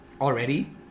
already